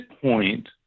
point